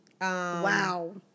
Wow